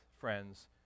friends